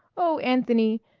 oh, anthony,